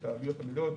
את העלויות המלאות,